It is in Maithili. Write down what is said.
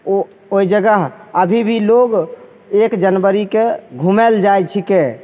ओ ओहि जगह अभी भी लोक एक जनवरीके घुमैले जाइ छिकै